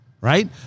right